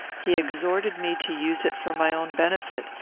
he exhorted me to use it for my own benefit,